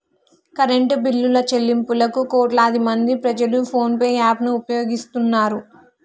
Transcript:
current బిల్లుల చెల్లింపులకు కోట్లాదిమంది ప్రజలు ఫోన్ పే యాప్ ను ఉపయోగిస్తున్నారు